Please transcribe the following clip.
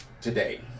today